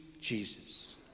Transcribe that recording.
Jesus